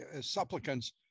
supplicants